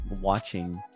watching